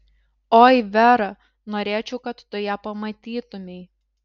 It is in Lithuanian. oi vera norėčiau kad tu ją pamatytumei